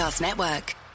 network